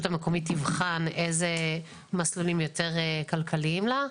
המקומית תבחן איזה מסלולים יותר כלכליים לה,